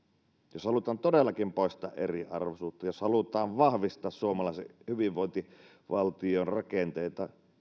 jos halutaan todellakin poistaa eriarvoisuutta jos halutaan vahvistaa suomalaisen hyvinvointivaltion rakenteita